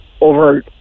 over